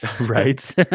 Right